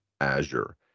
Azure